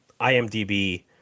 IMDB